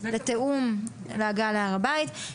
בתיאום להגעה להר הבית.